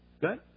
Good